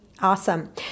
Awesome